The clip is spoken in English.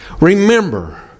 remember